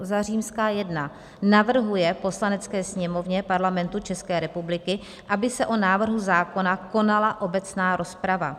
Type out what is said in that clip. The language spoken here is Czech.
I. navrhuje Poslanecké sněmovně Parlamentu České republiky, aby se o návrhu zákona konala obecná rozprava;